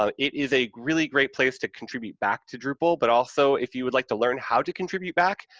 um it is a really great place to contribute back to drupal, but also, if you would like to learn how to contribute back,